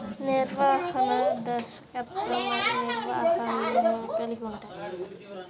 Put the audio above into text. నిర్వహణ, దర్శకత్వం మరియు నిర్వహణను కలిగి ఉంటాయి